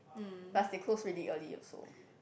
but they closed very early also